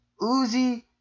Uzi